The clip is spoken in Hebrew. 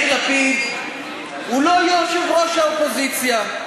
אבל יאיר לפיד הוא לא יושב-ראש האופוזיציה.